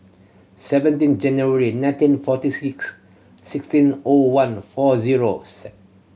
seventeen January nineteen forty six sixteen O one four zero